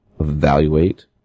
evaluate